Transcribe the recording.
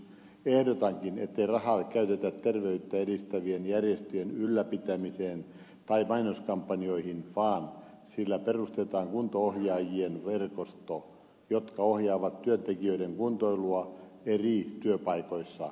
ehdotankin että rahaa ei käytetä terveyttä edistävien järjestöjen ylläpitämiseen tai mainoskampanjoihin vaan sillä perustetaan kunto ohjaajien verkosto jolla ohjataan työntekijöiden kuntoilua eri työpaikoissa